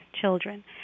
children